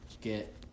get